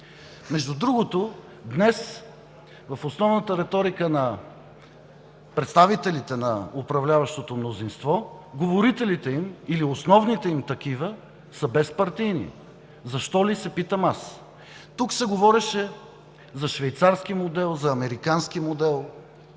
Между другото, днес в основната риторика на представителите на управляващото мнозинство говорителите им, или основните им такива, са безпартийни. Защо ли, се питам аз? Тук се говореше за швейцарски модел, за американски модел,